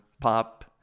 pop